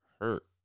hurt